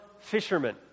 fisherman